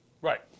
Right